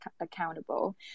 accountable